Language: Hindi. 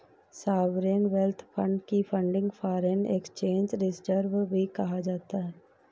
सॉवरेन वेल्थ फंड की फंडिंग फॉरेन एक्सचेंज रिजर्व्स से भी की जाती है